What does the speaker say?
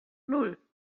nan